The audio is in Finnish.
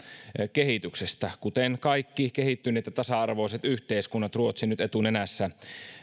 kehityksestä kuten kaikki kehittyneet ja tasa arvoiset yhteiskunnat ruotsi nyt etunenässä